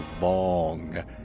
long